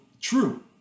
true